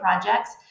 projects